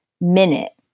minute